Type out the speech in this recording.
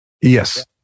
Yes